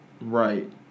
Right